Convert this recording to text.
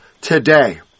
today